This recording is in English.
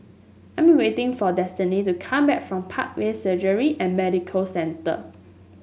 I am waiting for Destiny to come back from Parkway Surgery and Medical Center